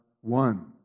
one